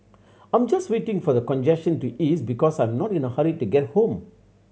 I'm just waiting for the congestion to ease because I'm not in a hurry to get home